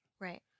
Right